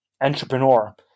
entrepreneur